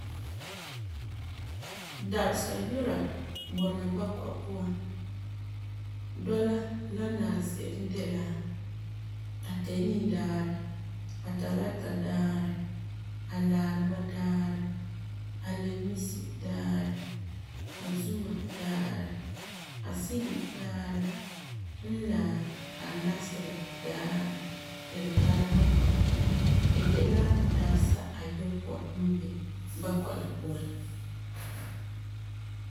Dabesa yu'ura bɔna bakɔi puan de la la nari se'em de la; Ateni daarɛ ,Atalata daarɛ, Alareba daarɛ, Alamisi daarɛ, Azuma daarɛ ,Asibi daarɛ n la Alaserɛ daarɛ ti fu tara bakɔi la puan la de la dabesa ayopɔi n boi bakɔi la puan.